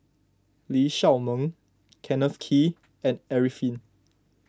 Lee Shao Meng Kenneth Kee and Arifin